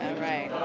right.